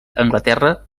anglaterra